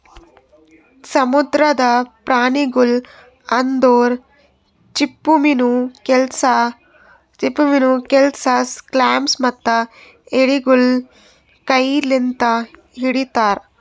ಸಮುದ್ರದ ಪ್ರಾಣಿಗೊಳ್ ಅಂದುರ್ ಚಿಪ್ಪುಮೀನು, ಕೆಲ್ಪಸ್, ಕ್ಲಾಮ್ಸ್ ಮತ್ತ ಎಡಿಗೊಳ್ ಕೈ ಲಿಂತ್ ಹಿಡಿತಾರ್